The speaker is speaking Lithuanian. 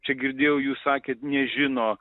čia girdėjau jūs sakėt nežino